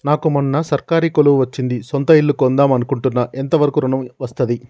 నాకు మొన్న సర్కారీ కొలువు వచ్చింది సొంత ఇల్లు కొన్దాం అనుకుంటున్నా ఎంత వరకు ఋణం వస్తది?